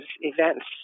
events